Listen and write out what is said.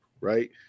right